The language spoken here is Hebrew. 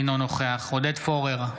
אינו נוכח עודד פורר,